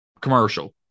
commercial